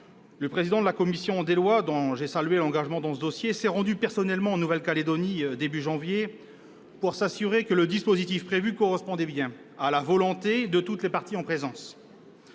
Le président de la commission des lois, dont j'ai salué l'engagement dans ce dossier, s'est rendu personnellement en Nouvelle-Calédonie au début du mois de janvier, pour s'assurer que le dispositif prévu correspondait bien à la volonté de toutes les forces en présence.